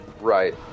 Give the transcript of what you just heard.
Right